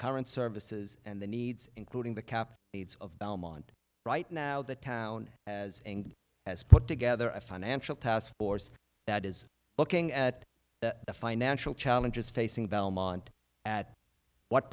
current services and the needs including the cap needs of right now the town as and has put together a financial taskforce that is looking at the financial challenges facing belmont at what